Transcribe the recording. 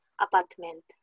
apartment